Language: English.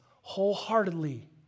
wholeheartedly